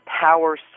power